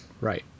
Right